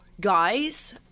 Guys